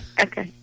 Okay